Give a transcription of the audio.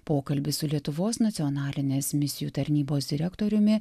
pokalbis su lietuvos nacionalinės misijų tarnybos direktoriumi